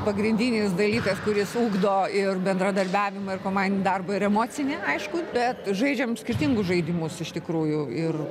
pagrindinis dalykas kuris ugdo ir bendradarbiavimą ir komandinį darbą ir emocinį aišku bet žaidžiam skirtingus žaidimus iš tikrųjų ir